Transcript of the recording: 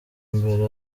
mbere